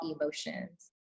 emotions